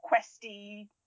questy